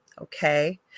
okay